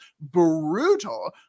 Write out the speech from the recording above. brutal